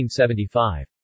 1975